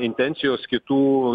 intencijos kitų